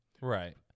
Right